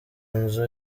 inzu